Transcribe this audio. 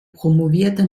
promovierte